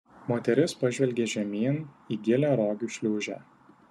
moteris pažvelgė žemyn į gilią rogių šliūžę